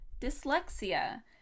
Dyslexia